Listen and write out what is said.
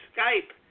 Skype